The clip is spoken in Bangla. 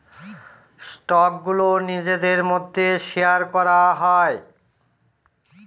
স্টকগুলো নিজেদের মধ্যে শেয়ার করা হয়